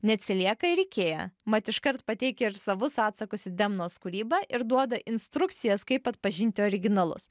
neatsilieka ir ikea mat iškart pateikia ir savus atsakus į demnos kūrybą ir duoda instrukcijas kaip atpažinti originalus